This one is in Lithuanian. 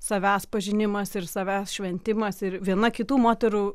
savęs pažinimas ir savęs šventimas ir viena kitų moterų